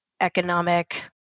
economic